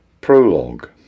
Prologue